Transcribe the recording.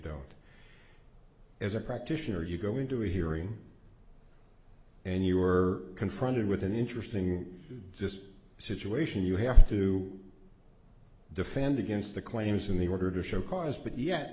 don't as a practitioner you go into a hearing and you were confronted with an interesting just situation you have to defend against the claims and the order to show cause but yet